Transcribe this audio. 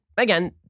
Again